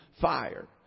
fire